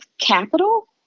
capital